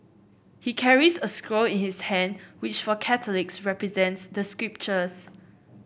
he carries a scroll in his hand which for Catholics represents the scriptures